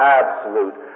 absolute